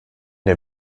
der